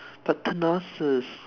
platanos